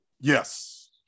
Yes